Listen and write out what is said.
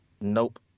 Nope